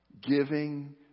Giving